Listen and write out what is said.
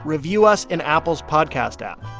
review us in apple's podcast app.